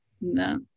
no